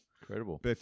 Incredible